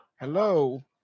hello